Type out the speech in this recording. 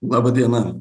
laba diena